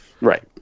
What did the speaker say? Right